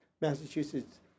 Massachusetts